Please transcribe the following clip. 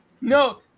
No